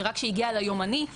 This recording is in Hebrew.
שרק כשהיא הגיעה ליומנאי,